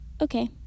okay